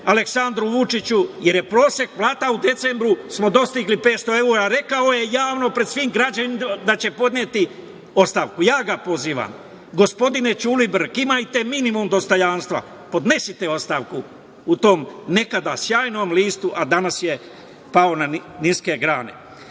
Aleksandru Vučiću jer smo prosek plata u decembru dostigli 500evra, a rekao je javno pred svim građanima da će podneti ostavku. Ja ga pozivam, gospodine Ćulibrk, imajte minimum dostojanstva, podnesite ostavku u tom nekada sjajnom listu, a danas je pao na niske grane. Filip